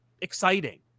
exciting